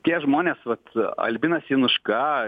tie žmonės vat albinas januška